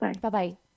Bye-bye